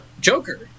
Joker